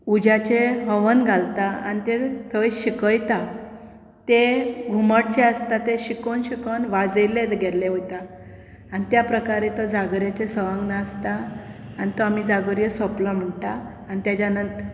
उज्याचें हवन घालता आनी थंय शेकयता तें घुमट जें आसता तें शिकोन शिकोन वाजयलें गेल्लें वयता आनी त्या प्रकारे जागराचे सवंग नासता आनी तो जागोरियो सोंपलो म्हणटा आनी ताजे नंतर